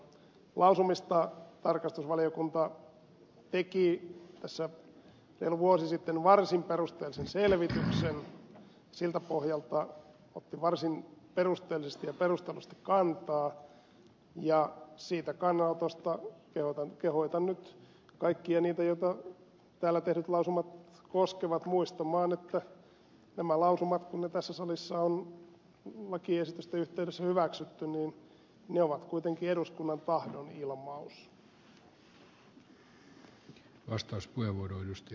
lausumista tarkastusvaliokunta teki tässä reilu vuosi sitten varsin perusteellisen selvityksen siltä pohjalta otti varsin perusteellisesti ja perustellusti kantaa ja siitä kannanotosta kehotan nyt kaikkia niitä joita täällä tehdyt lausumat koskevat muistamaan että nämä lausumat kun ne tässä salissa on lakiesitysten yhteydessä hyväksytty ovat kuitenkin eduskunnan tahdon ilmaus